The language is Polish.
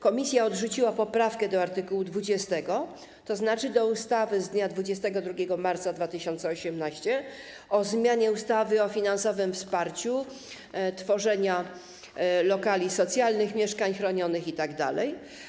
Komisja odrzuciła poprawkę do art. 20, tzn. do ustawy z dnia 22 marca 2018 r. o zmianie ustawy o finansowym wsparciu tworzenia lokali socjalnych, mieszkań chronionych itd.